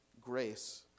grace